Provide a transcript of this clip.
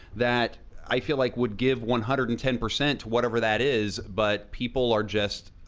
that i feel like would give one hundred and ten percent to whatever that is but people are just,